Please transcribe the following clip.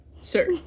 sir